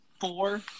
four